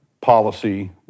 policy